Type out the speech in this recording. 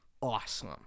awesome